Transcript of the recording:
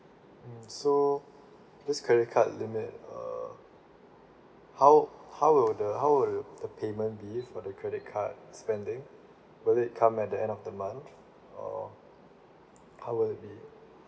mm so this credit card limit uh how how will the how will the payment be for the credit card spending will it come at the end of the month or how will it be